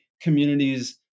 communities